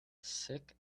sick